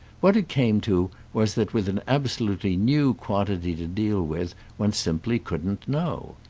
what it came to was that with an absolutely new quantity to deal with one simply couldn't know.